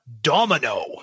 Domino